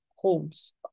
homes